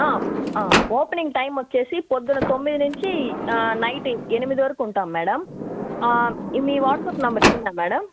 opening time వచ్చి పొద్దున్న తొమ్మిది నుంచి నైటు ఎనిమిది వరకు ఉంటాము మేడం మీ వాట్సప్ నంబర్ ఇదేనా మేడం